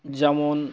যেমন